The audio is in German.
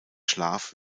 schlaf